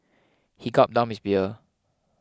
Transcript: he gulped down his beer